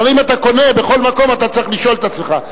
אבל אם אתה קונה בכל מקום אתה צריך לשאול את עצמך.